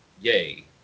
yay